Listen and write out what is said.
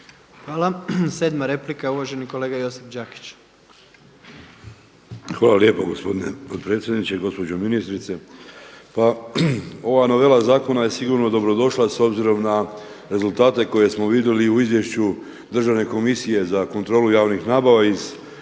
Hvala. Sedma replika je uvaženi kolega Josip Đakić. **Đakić, Josip (HDZ)** Hvala lijepo gospodine potpredsjedniče. Gospođo ministrice pa ova novela zakona je sigurno dobrodošla s obzirom na rezultate koje smo vidjeli u izvješću Državne komisije za kontrolu javnih nabava iz 2014.